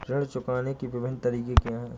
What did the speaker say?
ऋण चुकाने के विभिन्न तरीके क्या हैं?